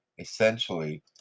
essentially